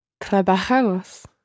Trabajamos